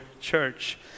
church